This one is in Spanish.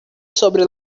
sobre